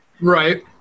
Right